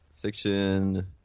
fiction